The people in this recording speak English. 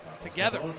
Together